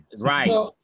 right